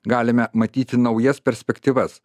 galime matyti naujas perspektyvas